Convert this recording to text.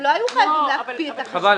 הם לא היו חייבים להקפיא את החשבונות.